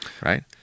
right